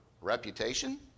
reputation